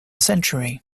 century